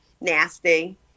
nasty